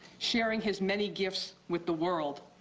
sharing his many gifts with the world.